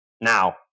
now